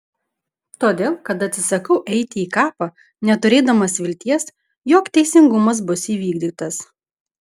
todėl kad atsisakau eiti į kapą neturėdamas vilties jog teisingumas bus įvykdytas